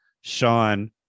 Sean